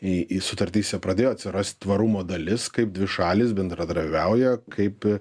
į į sutartyse pradėjo atsirast tvarumo dalis kaip dvi šalys bendradarbiauja kaip